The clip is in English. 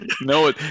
no